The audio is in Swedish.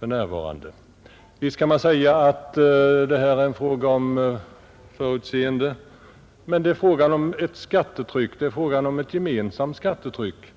löner. Visst kan man säga att detta är en fråga om förutseende. Men det är också en fråga om ett gemensamt skattetryck.